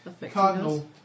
Cardinal